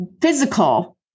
physical